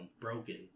broken